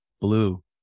blue